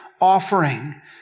offering